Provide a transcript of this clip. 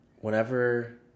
whenever